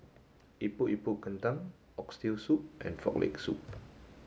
Epok Epok Kentang Oxtail Soup and Frog Leg Soup